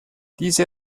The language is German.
diese